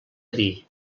dir